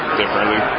differently